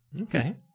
Okay